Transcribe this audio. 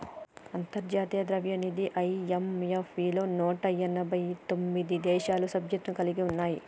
అంతర్జాతీయ ద్రవ్యనిధి ఐ.ఎం.ఎఫ్ లో నూట ఎనభై తొమ్మిది దేశాలు సభ్యత్వం కలిగి ఉన్నాయి